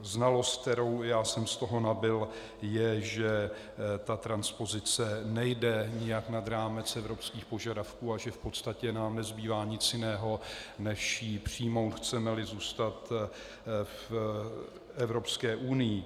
Znalost, kterou já jsem z toho nabyl, je, že ta transpozice nejde nijak nad rámec evropských požadavků a že v podstatě nám nezbývá nic jiného, než ji přijmout, chcemeli zůstat v Evropské unii.